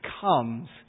comes